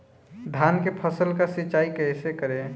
धान के फसल का सिंचाई कैसे करे?